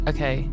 Okay